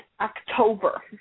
October